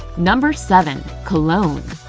number seven. cologne.